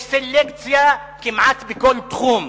יש סלקציה כמעט בכל תחום.